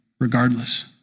regardless